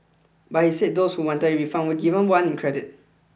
but he said those who wanted a refund were given one in credit